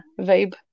vibe